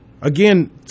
Again